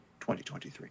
2023